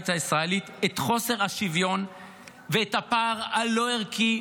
הישראלית את חוסר השוויון ואת הפער הלא-ערכי,